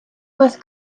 вас